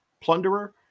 Plunderer